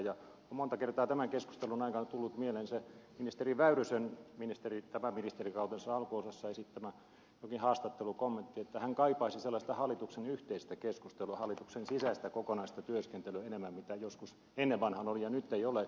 on monta kertaa tämän keskustelun aikana tullut mieleen se ministeri väyrysen tämän ministerinkautensa alkuosassa esittämä haastattelukommentti että hän kaipaisi enemmän sellaista hallituksen yhteistä keskustelua hallituksen sisäistä kokonaista työskentelyä jota joskus ennen vanhaan oli ja nyt ei ole